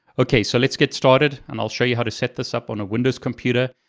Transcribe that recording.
okay, so let's get started and i'll show you how to set this up on a windows computer.